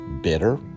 bitter